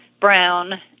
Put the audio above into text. brown